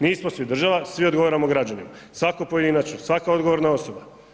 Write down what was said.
Nismo svi država, svi odgovaramo građanima, svatko pojedinačno, svaka odgovorna osoba.